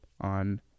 on